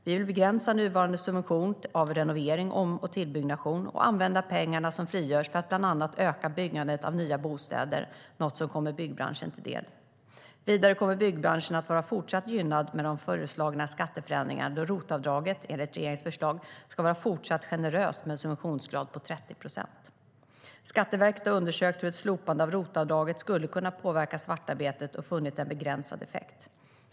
Vi vill begränsa nuvarande subvention av renovering, om och tillbyggnation och använda pengarna som frigörs för att bland annat öka byggandet av nya bostäder. Det är något som kommer byggbranschen till del. Vidare kommer byggbranschen att fortsätta att vara gynnad med de föreslagna skatteförändringarna då ROT-avdraget, enligt regeringens förslag, ska fortsätta att vara generöst med en subventionsgrad på 30 procent. Skatteverket har undersökt hur ett slopande av ROT-avdraget skulle kunna påverka svartarbetet och funnit en begränsad effekt.